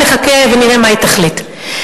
נחכה ונראה מה היא תחליט.